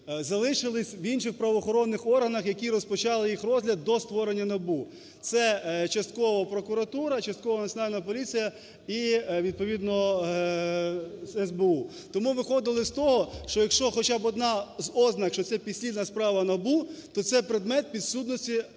залишились в інших правоохоронних органах, які розпочали їх розгляд до створення НАБУ. Це – частково прокуратура, частково Національна поліція і відповідно СБУ. Тому виходили з того, що якщо хоча б одна з ознак, що це підслідна справа НАБУ, то це предмет підсудності